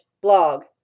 blog